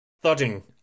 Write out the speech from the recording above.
thudding